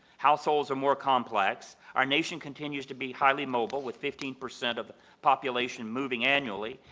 households are more complex, our nation continues to be highly mobile with fifteen percent of the population moving annually.